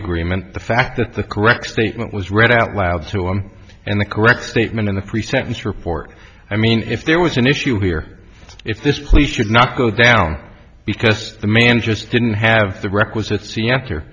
agreement the fact that the correct statement was read out loud to him in the correct statement in the pre sentence report i mean if there was an issue here if this police should not go down because the man just didn't have the requisite see answer